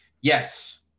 yes